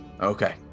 Okay